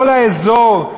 כל האזור,